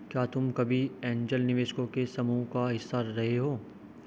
क्या तुम कभी ऐन्जल निवेशकों के समूह का हिस्सा रहे हो?